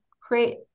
create